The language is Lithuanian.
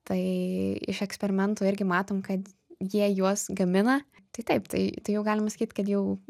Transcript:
tai iš eksperimentų irgi matom kad jie juos gamina tai taip tai tai jau galima sakyt kad jau